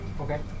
Okay